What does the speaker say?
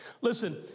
Listen